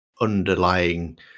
underlying